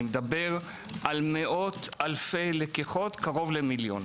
אני מדבר על קרוב למיליון לקיחות.